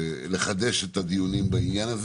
לחדש את הדיונים בעניין,